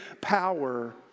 power